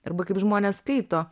arba kaip žmonės skaito